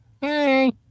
Hey